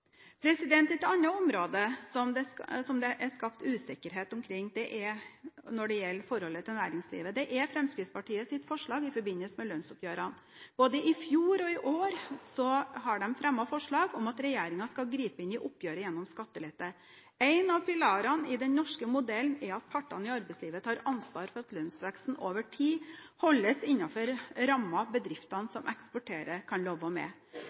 som har skapt usikkerhet når det gjelder næringslivet, er Fremskrittspartiets forslag i forbindelse med lønnsoppgjørene. Både i fjor og i år fremmet de forslag om at regjeringen skal gripe inn i oppgjøret gjennom skattelette. En av pilarene i den norske modellen er at partene i arbeidslivet tar ansvar for at lønnsveksten over tid holdes innenfor rammer bedriftene som eksporterer, kan leve med.